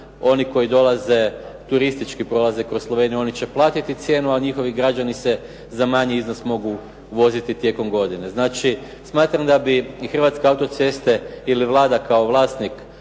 oni koji dolaze turistički, prolaze kroz Sloveniju, oni će platiti cijenu, a njihovi građani se za manji iznos mogu voziti tijekom godine. Znači, smatram da bi i Hrvatske autoceste ili Vlada kao vlasnik